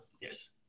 Yes